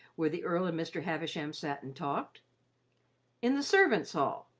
where the earl and mr. havisham sat and talked in the servants' hall,